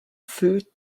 food